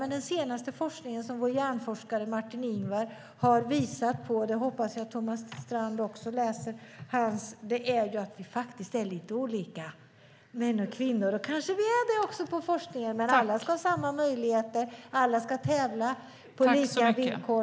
Men den senaste forskningen, som vår hjärnforskare Martin Ingvar har pekat på - jag hoppas att också Thomas Strand läser om det - säger att vi män och kvinnor faktiskt är lite olika. Det kanske vi är också när det gäller forskningen. Men alla ska ha samma möjligheter och alla ska tävla på lika villkor.